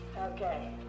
Okay